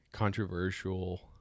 controversial